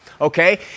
Okay